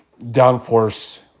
downforce